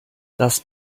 das